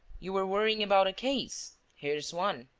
you were worrying about a case here is one.